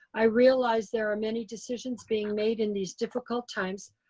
i realized there are many decisions being made in these difficult times.